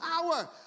power